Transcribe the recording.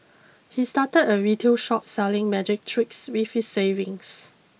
he started a retail shop selling magic tricks with his savings